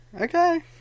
Okay